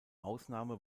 ausnahme